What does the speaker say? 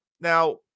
Now